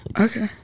okay